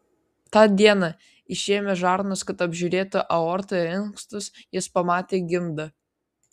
tą dieną išėmęs žarnas kad apžiūrėtų aortą ir inkstus jis pamatė gimdą